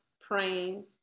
praying